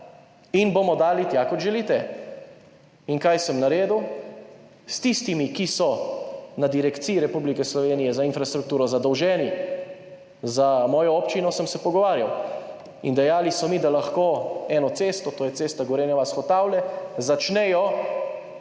in bomo dali tja, kot želite.« In kaj sem naredil? S tistimi, ki so na Direkciji Republike Slovenije za infrastrukturo zadolženi za mojo občino, sem se pogovarjal in dejali so mi, da lahko za eno cesto, to je cesta Gorenja vas–Hotavlje, začnejo